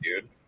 dude